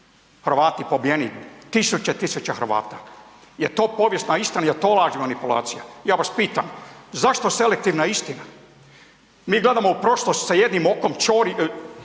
Hrvati pobijeni, tisuće, tisuće Hrvata. Jel to povijesna istina, jel to laž i manipulacija? Ja vas pitam zašto selektivna istina? Mi gledamo u prošlost sa jednim okom, ćori,